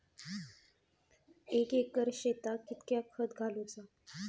एक एकर शेताक कीतक्या खत घालूचा?